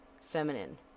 feminine